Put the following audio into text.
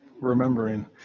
remembering